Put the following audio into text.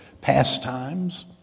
pastimes